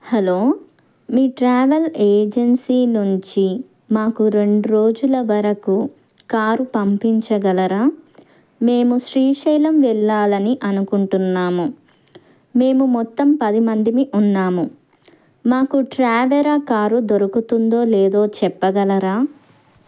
hello మీ travel agency నుంచి మాకు రెండు రోజుల వరకు కారు పంపించగలరా మేము శ్రీశైలం వెళ్ళాలని అనుకుంటున్నాము మేము మొత్తం పది మందిమి ఉన్నాము మాకు టవేరా కారు దొరుకుతుందో లేదో చెప్పగలరా